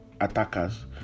attackers